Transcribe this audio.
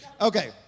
okay